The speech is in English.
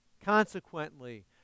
Consequently